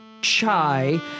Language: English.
chai